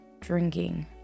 Drinking